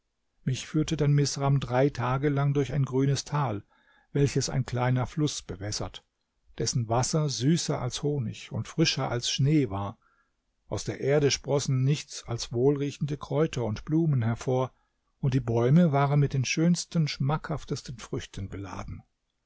mich führte dann misram drei tage lang durch ein grünes tal welches ein kleiner fluß bewässert dessen wasser süßer als honig und frischer als schnee war aus der erde sproßen nichts als wohlriechende kräuter und blumen hervor und die bäume waren mit den schönsten und schmackhaftesten früchten beladen